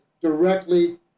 directly